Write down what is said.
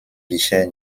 bisher